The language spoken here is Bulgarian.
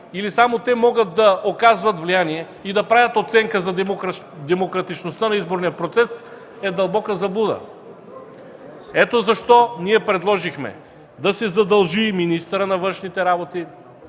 или само те могат да оказват влияние и да правят оценка за демократичността на изборния процес е дълбока заблуда. Ето защо ние предложихме да се задължи и министърът на външните работи